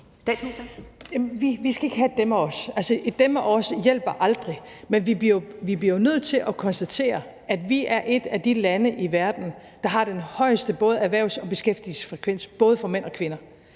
vi skal ikke have et »dem og os«. Altså, et »dem og os« hjælper aldrig. Men vi bliver jo nødt til at konstatere, at vi er et af de lande i verden, der har den højeste både erhvervs- og beskæftigelsesfrekvens, både for mænd og kvinder.